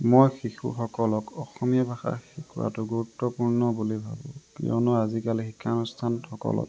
মই শিশুসকলক অসমীয়া ভাষা শিকোৱাতো গুৰুত্বপূৰ্ণ বুলি ভাবো কিয়নো আজিকালি শিক্ষানুষ্ঠানসকলত